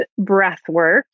breathwork